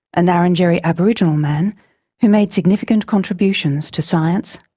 and ngarrindjeri aboriginal man who made significant contributions to science,